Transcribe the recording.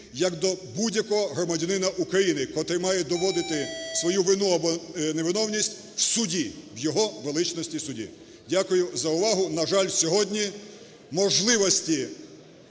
як до будь-якого громадянина України, котрі мають доводити свою вину або невиновність в суді, в його величності суді. Дякую за увагу. На жаль, сьогодні можливості